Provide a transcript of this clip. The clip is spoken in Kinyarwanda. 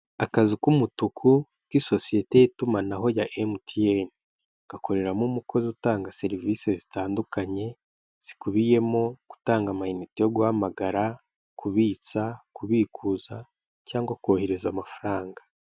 Akazu k'umutuku k'isosiyete y'itumanaho ya MTN, gakoreramo umukozi utanga serivisi zitandukanye, zikubiyemo gutanga amayinite yo guhamagara, kubitsa, kubikuza cyangwa kohereza amafaranga.